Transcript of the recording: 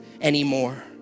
anymore